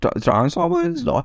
Transformers